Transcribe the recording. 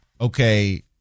okay